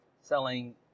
selling